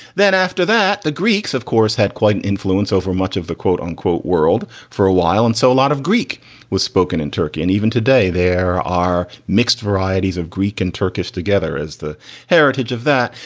then after that, the greeks, of course, had quite an influence over much of the quote unquote world for a while. and so a lot of greek was spoken in turkey. and even today there are mixed varieties of greek and turkish together as the heritage of that.